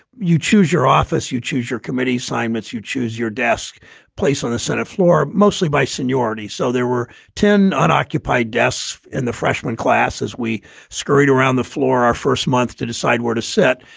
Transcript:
you choose your office, you choose your committee assignments, you choose your desk place on the senate floor, mostly by seniority. so there were ten unoccupied desks in the freshman class as we scurried around the floor our first month to decide where to sit.